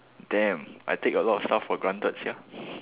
damn I take a lot of stuff for granted sia